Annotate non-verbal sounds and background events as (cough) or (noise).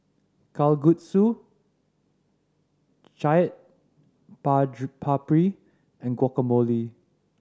Kalguksu Chaat (unintelligible) Papri and Guacamole